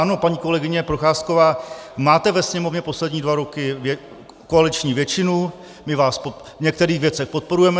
Ano, paní kolegyně Procházková, máte ve Sněmovně poslední dva roky koaliční většinu, my vás v některých věcech podporujeme.